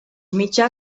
mitjà